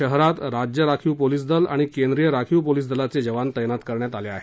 शहरात राज्य राखीव पोलिस दल आणि केंद्रीय राखीव पोलिस दलाचे जवान तैनात करण्यात आले आहेत